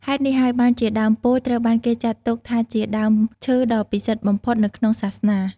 ហេតុនេះហើយបានជាដើមពោធិ៍ត្រូវបានគេចាត់ទុកថាជាដើមឈើដ៏ពិសិដ្ឋបំផុតនៅក្នុងសាសនា។